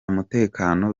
mutekano